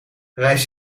reis